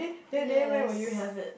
yes